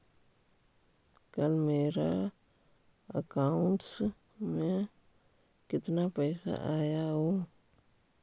कल मेरा अकाउंटस में कितना पैसा आया ऊ?